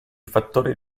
fattori